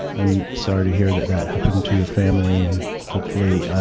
i'm sorry to hear that that happened to your family, and hopefully